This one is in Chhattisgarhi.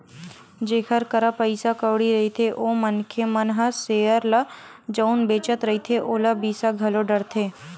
जेखर करा पइसा कउड़ी रहिथे ओ मनखे मन ह सेयर ल जउन बेंचत रहिथे ओला बिसा घलो डरथे